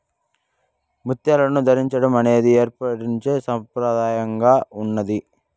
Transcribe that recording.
ముత్యాలను ధరించడం అనేది ఎప్పట్నుంచో సంప్రదాయంగా ఉన్నాది